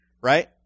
right